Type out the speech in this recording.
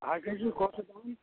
বাজাজের কত